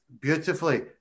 beautifully